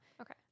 Okay